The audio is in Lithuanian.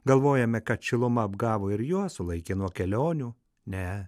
galvojame kad šiluma apgavo ir juos sulaikė nuo kelionių ne